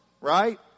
right